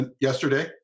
yesterday